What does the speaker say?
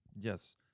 Yes